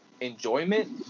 enjoyment